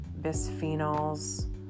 bisphenols